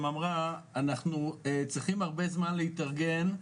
אמרה - אנחנו צריכים הרבה זמן להתארגן,